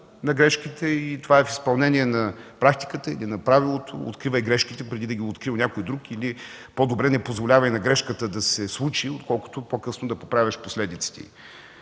на грешките. Това е в изпълнение на правилото, на практиката – „откривай грешките преди да ги е открил някой друг или по-добре не позволявай на грешката да се случи, отколкото по-късно да поправяш последиците